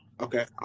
Okay